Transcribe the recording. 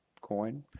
coin